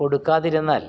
കൊടുക്കാതിരുന്നാൽ